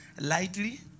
lightly